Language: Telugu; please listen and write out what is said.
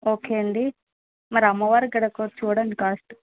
ఓకే అండి మరి అమ్మవారికి కదా కొంచం చూడండి కాస్టు